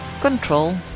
Control